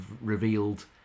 revealed